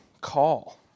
call